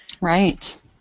Right